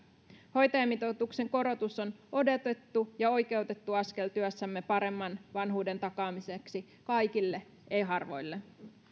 hoitajamitoituksen korotus on odotettu ja oikeutettu askel työssämme paremman vanhuuden takaamiseksi kaikille ei harvoille